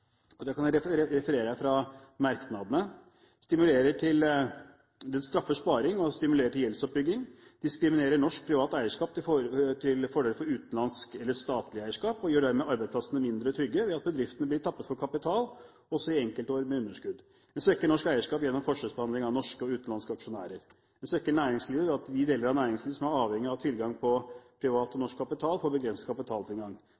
og da refererer jeg fra merknadene: «– Den stimulerer til gjeldsoppbygging og straffer sparing. – Den diskriminerer norsk privat eierskap til fordel for utenlandsk eller statlig eierskap og gjør dermed arbeidsplassene mindre trygge, ved at bedriftene blir tappet for kapital også i enkeltår med underskudd. – Den svekker norsk eierskap gjennom forskjellsbehandling av norske og utenlandske aksjonærer. – Den svekker næringslivet ved at de deler av næringslivet som er avhengig av tilgang på privat norsk kapital, får begrenset kapitaltilgang.